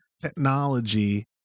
technology